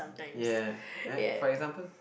ya like for example